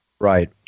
Right